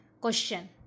Question